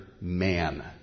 man